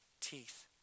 teeth